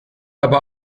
aber